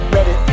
Ready